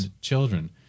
children